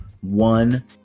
one